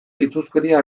itsuskeria